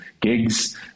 gigs